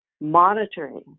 monitoring